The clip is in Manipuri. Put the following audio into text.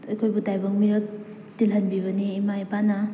ꯑꯩꯈꯣꯏꯕꯨ ꯇꯥꯏꯕꯪ ꯃꯤꯔꯛ ꯇꯤꯜꯍꯟꯕꯤꯕꯅꯤ ꯏꯃꯥ ꯏꯄꯥꯅ